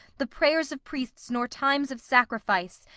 the prayers of priests nor times of sacrifice,